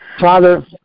Father